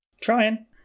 trying